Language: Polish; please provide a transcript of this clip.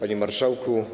Panie Marszałku!